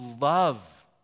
love